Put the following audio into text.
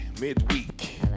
midweek